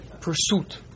pursuit